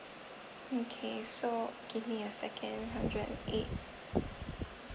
okay so give me a second hundred and eight